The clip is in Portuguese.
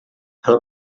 ela